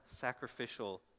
sacrificial